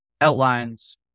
outlines